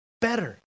better